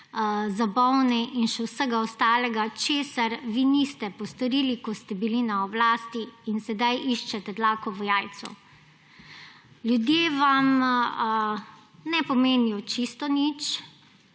za bolne in še vsega ostalega, česar vi niste postorili, ko ste bili na oblasti, in sedaj iščete dlako v jajcu. Ljudje vam ne pomenijo čisto nič